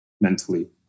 mentally